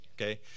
okay